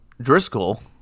Driscoll